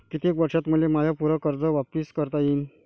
कितीक वर्षात मले माय पूर कर्ज वापिस करता येईन?